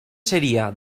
seria